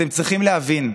אתם צריכים להבין,